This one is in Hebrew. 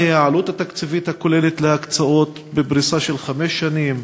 ומהי העלות התקציבית הכוללת להקצאות בפריסה של חמש שנים.